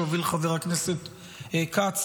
שהוביל חבר הכנסת כץ.